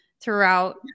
throughout